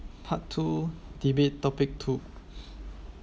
part two debate topic two